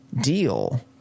deal